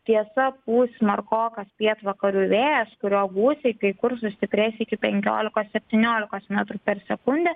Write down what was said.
tiesa pūs smarkokas pietvakarių vėjas kurio gūsiai kai kur sustiprės iki penkiolikos septyniolikos metrų per sekundę